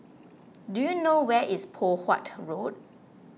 do you know where is Poh Huat Road